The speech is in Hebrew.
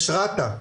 יש רת"א.